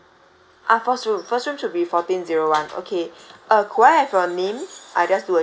ah first room first room should be fourteen zero one okay uh could I have your name I just do a check ah